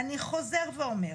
אני חוזר ואומר,